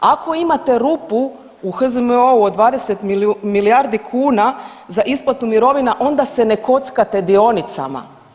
Ako imate rupu u HZMO-u od 20 milijardi kuna za isplatu mirovina onda se ne kockate dionicama.